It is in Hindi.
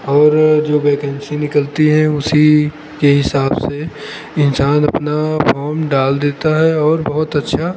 और जो वैकेंसी निकलती हैं उसी के हिसाब से इन्सान अपना फोम डाल देता है और बहुत अच्छा